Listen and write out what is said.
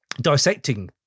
dissecting